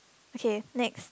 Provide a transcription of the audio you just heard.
okay next